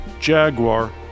Jaguar